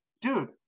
dude